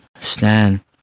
stand